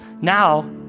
now